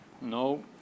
No